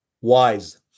Wise